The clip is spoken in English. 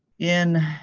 in